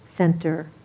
center